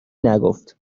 نگفت